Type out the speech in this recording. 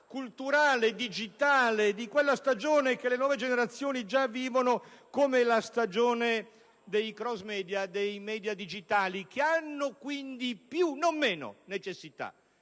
culturale digitale, di quella stagione che le nuove generazioni già vivono come la stagione dei *cross-media*, dei *media* digitali, che hanno quindi più, non meno necessità